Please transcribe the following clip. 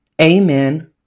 amen